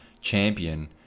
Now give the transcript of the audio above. champion